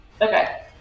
Okay